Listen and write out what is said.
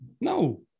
No